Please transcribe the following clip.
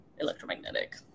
electromagnetic